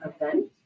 event